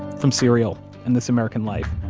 from serial and this american life,